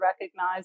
recognize